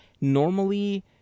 normally